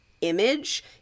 image